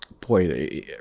boy